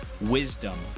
wisdom